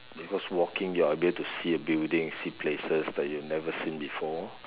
because walking you are able to see the buildings see places that you never seen before